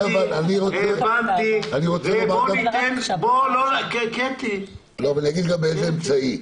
אני אומר גם באיזה אמצעי.